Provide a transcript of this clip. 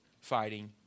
fighting